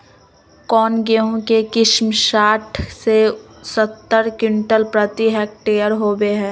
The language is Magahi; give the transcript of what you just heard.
कौन गेंहू के किस्म साठ से सत्तर क्विंटल प्रति हेक्टेयर होबो हाय?